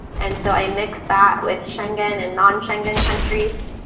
and so i mixed that with schengen and non schengen countries.